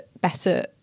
better